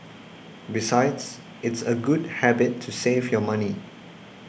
besides it's a good habit to save your money